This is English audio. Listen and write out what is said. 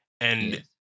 and-